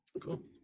cool